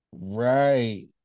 Right